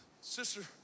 Sister